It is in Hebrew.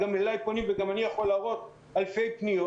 גם אליי פונים וגם אני יכול להראות אלפי פניות